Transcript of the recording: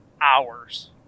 hours